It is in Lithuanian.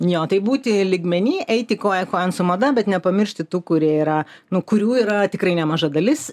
jo tai būti lygmeny eiti koja kojon su mada bet nepamiršti tų kurie yra nu kurių yra tikrai nemaža dalis